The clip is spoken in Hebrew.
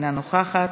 אינה נוכחת,